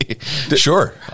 Sure